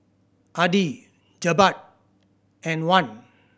Adi Jebat and Wan